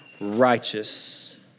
righteous